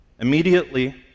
Immediately